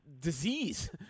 disease